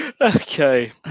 okay